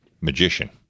Magician